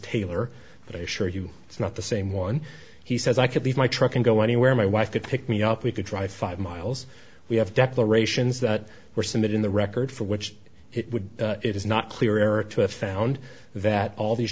taylor but a sure you it's not the same one he says i could leave my truck and go anywhere my wife could pick me up we could drive five miles we have declarations that were submitted in the record for which it would it is not clearer to have found that all these